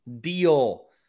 Deal